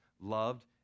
loved